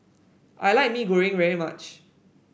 I like Mee Goreng very much